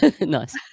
nice